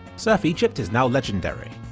surf egypt is now legendary,